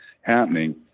happening